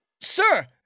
Sir